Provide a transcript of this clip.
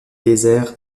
déserts